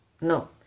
No